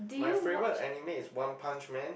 my favourite anime is one punch man